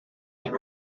been